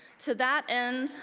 to that end,